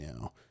now